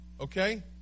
Okay